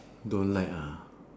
don't like ah